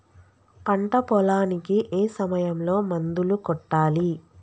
పంట పొలానికి ఏ సమయంలో మందులు కొట్టాలి?